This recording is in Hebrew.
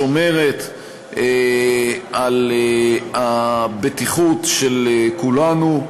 השומרת על הבטיחות של כולנו.